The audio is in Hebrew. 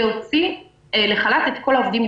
להוציא לחל"ת את כל העובדים,